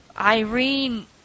Irene